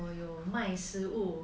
我有卖食物